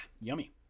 yummy